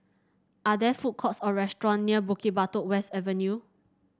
are there food courts or restaurant near Bukit Batok West Avenue